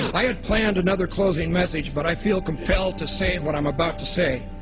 i had planned another closing message, but i feel compelled to say what i am about to say.